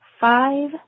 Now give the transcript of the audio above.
five